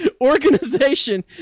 organization